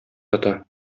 ята